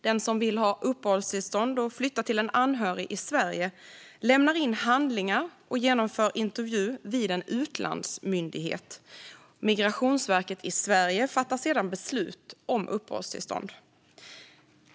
Den som vill ha uppehållstillstånd och flytta till en anhörig i Sverige lämnar in handlingar och genomför intervju vid en utlandsmyndighet. Migrationsverket i Sverige fattar sedan beslut om uppehållstillstånd.